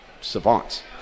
savants